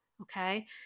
Okay